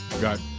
Got